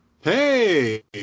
Hey